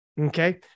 Okay